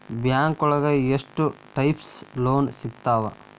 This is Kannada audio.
ಬ್ಯಾಂಕೋಳಗ ಎಷ್ಟ್ ಟೈಪ್ಸ್ ಲೋನ್ ಸಿಗ್ತಾವ?